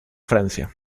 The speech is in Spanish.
francia